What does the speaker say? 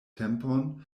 tempon